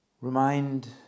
remind